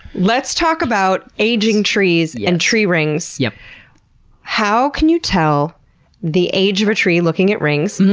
let's talk about aging trees and tree rings. yeah how can you tell the age of a tree looking at rings?